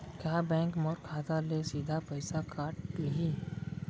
का बैंक मोर खाता ले सीधा पइसा काट लिही?